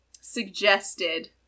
suggested